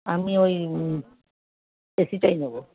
আমি ওই এ সিটাই নেবো